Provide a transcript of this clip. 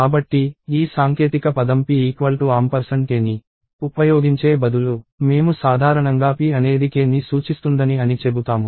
కాబట్టి ఈ సాంకేతిక పదం p k ని ఉపయోగించే బదులు మేము సాధారణంగా p అనేది k ని సూచిస్తుందని అని చెబుతాము